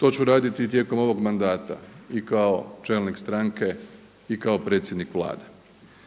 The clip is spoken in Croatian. To ću raditi i tijekom ovog mandata i kao čelnik stranke i kao predsjednik Vlade.